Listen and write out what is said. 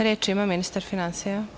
Reč ima ministar finansija.